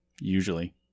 Usually